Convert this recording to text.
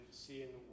seeing